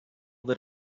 that